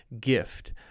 gift